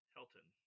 Helton